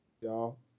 y'all